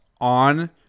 On